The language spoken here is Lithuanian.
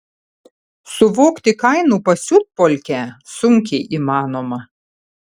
suvokti kainų pasiutpolkę sunkiai įmanoma